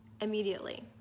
immediately